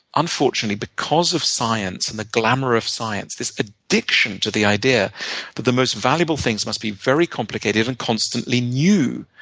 unfortunately, because of science and the glamor of science, this addiction to the idea that the most valuable things must be very complicated and constantly new,